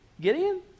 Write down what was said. gideon